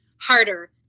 harder